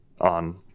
on